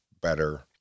better